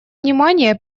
внимание